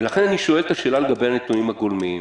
ולכן אני שואל את השאלה לגבי הנתונים הגולמיים.